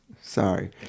Sorry